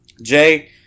Jay